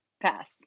pass